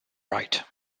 right